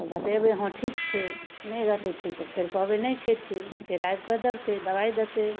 तऽ बतेबै हँ ठीक छै नहि रहतै ठीक तऽ फेर कहबै नहि छै ठीक फेर आबिकऽ देखतै दबाइ देतै